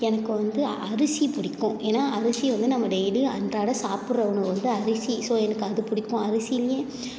எனக்கு வந்து அரிசி பிடிக்கும் ஏன்னா அரிசியை வந்து நம்ம டெய்லியும் அன்றாட சாப்பிட்ற உணவு வந்து அரிசி ஸோ எனக்கு அது பிடிக்கும் அரிசிலேயும்